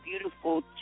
beautiful